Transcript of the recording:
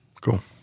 Cool